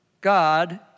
God